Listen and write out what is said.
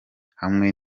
hamwe